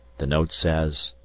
the note says